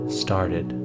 started